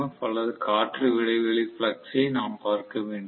F அல்லது காற்று இடைவெளி பிளக்ஸ் ஐ நாம் பார்க்க வேண்டும்